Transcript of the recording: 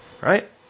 Right